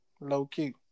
low-key